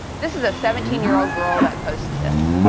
this is a seventeen year old girl that posted this.